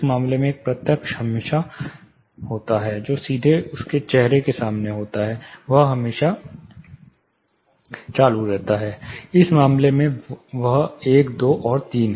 इस मामले में एक प्रत्यक्ष पहले हमेशा होता है जो सीधे उसके चेहरे के सामने होता है यह हमेशा चालू रहता है इस मामले में वाह 1 2 और 3